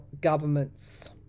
governments